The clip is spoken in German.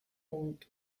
und